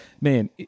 man